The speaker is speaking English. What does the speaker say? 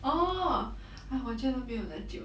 orh 我见他们有很久了